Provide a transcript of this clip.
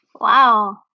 Wow